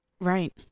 Right